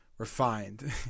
Refined